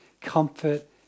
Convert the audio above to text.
comfort